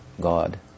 God